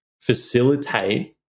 facilitate